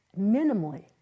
minimally